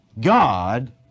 God